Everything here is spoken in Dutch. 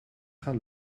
gaan